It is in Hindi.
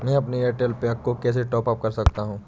मैं अपने एयरटेल पैक को कैसे टॉप अप कर सकता हूँ?